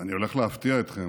אני הולך להפתיע אתכם.